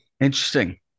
Interesting